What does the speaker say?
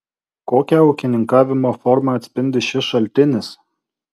kokią ūkininkavimo formą atspindi šis šaltinis